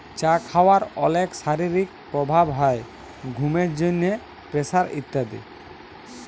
চা খাওয়ার অলেক শারীরিক প্রভাব হ্যয় ঘুমের জন্হে, প্রেসার ইত্যাদি